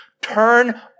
Turn